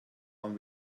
man